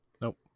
Nope